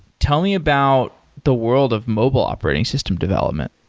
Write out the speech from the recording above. tell me about the world of mobile operating system development.